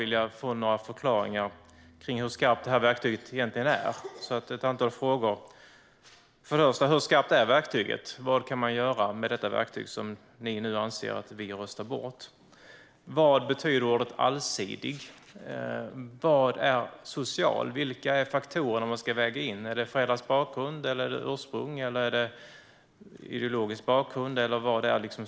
Elisabet Knutsson är representant för statsrådets parti, så jag vill ställa ett antal frågor till henne. Hur skarpt är verktyget? Vad kan man göra med det verktyg som ni nu anser att vi röstar bort? Vad betyder ordet "allsidig"? Vad innebär "social"? Vilka faktorer ska vägas in? Är det föräldrars bakgrund eller ursprung? Är det ideologisk bakgrund?